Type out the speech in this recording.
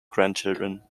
grandchildren